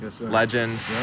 legend